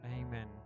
Amen